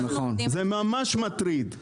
זה ממש מטריד.